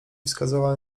wskazała